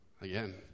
again